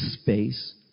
space